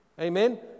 Amen